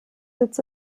sitz